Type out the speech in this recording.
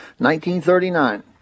1939